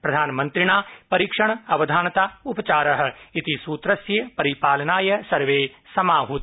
प्रधानमन्त्रिणा परीक्षण अवधानता उपचार इति सूत्रस्य परिपालनाय सर्वे समाहूता